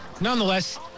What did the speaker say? nonetheless